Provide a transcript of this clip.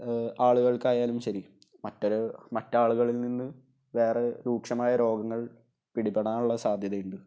ആളുകൾക്കായാലും ശരി മറ്റൊരു മറ്റാളുകളിൽ നിന്ന് വേറെ രൂക്ഷമായ രോഗങ്ങൾ പിടിപെടാനുള്ള സാദ്ധ്യത ഉണ്ട്